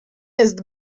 jest